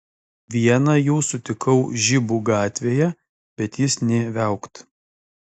vieną jų sutikau žibų gatvėje bet jis nė viaukt